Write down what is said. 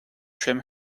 trim